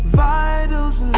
vitals